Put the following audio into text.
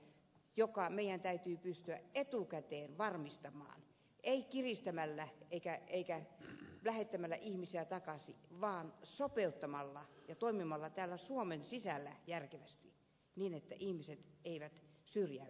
tämä on se asia joka meidän täytyy pystyä etukäteen varmistamaan ei kiristämällä eikä lähettämällä ihmisiä takaisin vaan sopeuttamalla ja toimimalla suomen sisällä järkevästi niin että ihmiset eivät syrjäydy